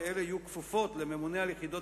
ואלה יהיו כפופות לממונה על יחידות